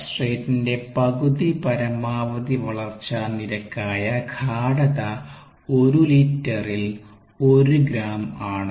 സബ്സ്റ്റ്രെടിന്റെ പകുതി പരമാവധി വളർച്ചാ നിരക്കായ ഗാഢത ഒരു ലിറ്ററിൽ 1 ഗ്രാം ആണ്